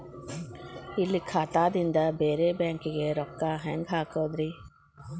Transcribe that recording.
ಇಲ್ಲಿ ಖಾತಾದಿಂದ ಬೇರೆ ಬ್ಯಾಂಕಿಗೆ ರೊಕ್ಕ ಹೆಂಗ್ ಹಾಕೋದ್ರಿ?